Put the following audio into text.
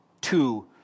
two